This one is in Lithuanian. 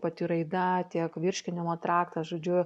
pati raida tiek virškinimo traktas žodžiu